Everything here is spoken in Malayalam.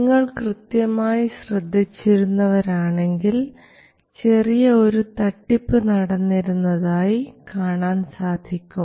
നിങ്ങൾ കൃത്യമായി ശ്രദ്ധിച്ചിരുന്നവരാണെങ്കിൽ ചെറിയ ഒരു ചതി നടന്നിരുന്നതായി കാണാൻ സാധിക്കും